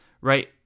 right